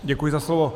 Děkuji za slovo.